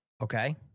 okay